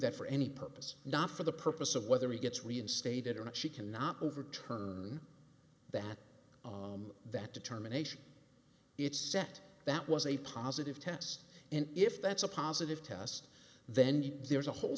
that for any purpose not for the purpose of whether he gets reinstated or not she cannot overturn that that determination it's set that was a positive test and if that's a positive test then there's a whole